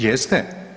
Jeste?